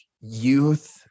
youth